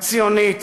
הציונית,